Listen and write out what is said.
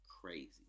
crazy